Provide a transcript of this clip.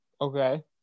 Okay